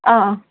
ꯑꯥ ꯑꯥ